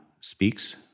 speaks